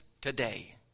today